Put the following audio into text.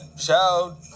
shout